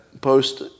post